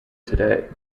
today